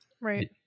right